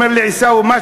אומר לי: עיסאווי,